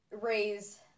raise